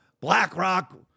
blackrock